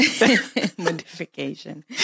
Modification